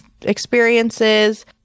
experiences